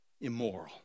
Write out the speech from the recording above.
immoral